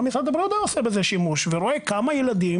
גם משרד הבריאות היה עושה בזה שימוש ורואה כמה ילדים